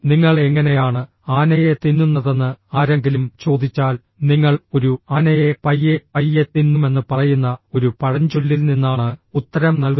നിങ്ങൾ എങ്ങനെയാണ് ആനയെ തിന്നുന്നതെന്ന് ആരെങ്കിലും ചോദിച്ചാൽ നിങ്ങൾ ഒരു ആനയെ പയ്യെ പയ്യെ തിന്നുമെന്ന് പറയുന്ന ഒരു പഴഞ്ചൊല്ലിൽ നിന്നാണ് ഉത്തരം നൽകുന്നത്